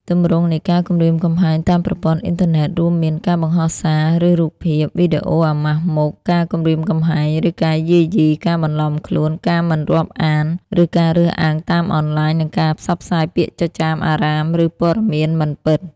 ទម្រង់នៃការគំរាមកំហែងតាមប្រព័ន្ធអ៊ីនធឺណិត រួមមាន ការបង្ហោះសារ ឬរូបភាព/វីដេអូអាម៉ាស់មុខ ការគំរាមកំហែង ឬការយាយី ការបន្លំខ្លួន ការមិនរាប់អាន ឬការរើសអើងតាមអនឡាញ និងការផ្សព្វផ្សាយពាក្យចចាមអារ៉ាម ឬព័ត៌មានមិនពិត។